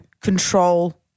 control